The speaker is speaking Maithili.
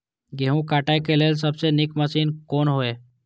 गेहूँ काटय के लेल सबसे नीक मशीन कोन हय?